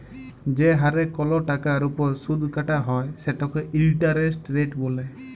যে হারে কল টাকার উপর সুদ কাটা হ্যয় সেটকে ইলটারেস্ট রেট ব্যলে